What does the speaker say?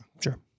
Sure